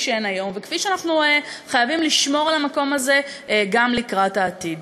שהן היום וכפי שאנחנו חייבים לשמור על המקום הזה גם לקראת העתיד.